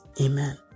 Amen